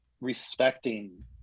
respecting